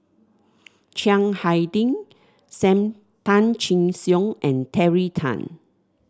Chiang Hai Ding Sam Tan Chin Siong and Terry Tan